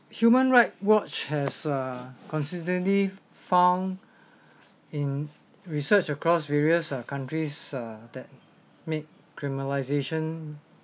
human right watch has uh consistently found in research across various uh countries uh that make criminalization